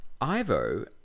Ivo